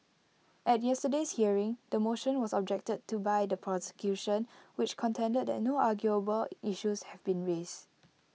at yesterday's hearing the motion was objected to by the prosecution which contended that no arguable issues have been raised